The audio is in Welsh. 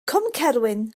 cwmcerwyn